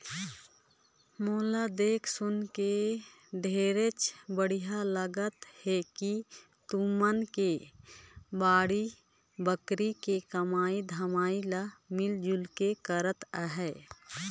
मोला देख सुनके ढेरेच बड़िहा लागत हे कि तुमन के बाड़ी बखरी के कमई धमई ल मिल जुल के करत अहा